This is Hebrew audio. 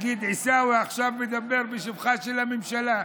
הוא יגיד: עיסאווי עכשיו ידבר בשבחה של הממשלה.